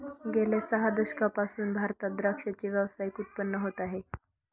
गेल्या सह दशकांपासून भारतात द्राक्षाचे व्यावसायिक उत्पादन होत आहे